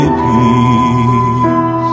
peace